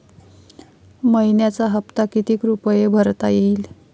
मइन्याचा हप्ता कितीक रुपये भरता येईल?